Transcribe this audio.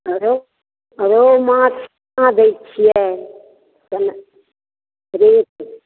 रहु रहु माछ केना दै छियै केना रहु